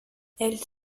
elle